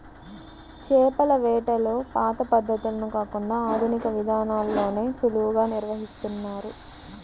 చేపల వేటలో పాత పద్ధతులను కాకుండా ఆధునిక విధానాల్లోనే సులువుగా నిర్వహిస్తున్నారు